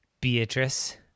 Beatrice